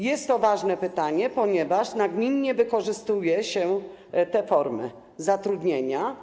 Jest to ważne pytanie, ponieważ nagminnie wykorzystuje się te formy zatrudnienia.